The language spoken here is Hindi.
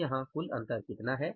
तो यहाँ कुल अंतर कितना है